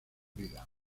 vida